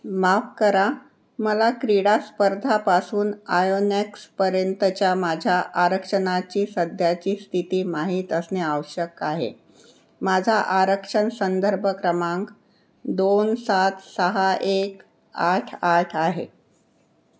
माफ करा मला क्रीडा स्पर्धापासून आयोनॅक्सपर्यंतच्या माझ्या आरक्षणाची सध्याची स्थिती माहीत असणे आवश्यक आहे माझा आरक्षण संदर्भ क्रमांक दोन सात सहा एक आठ आठ आहे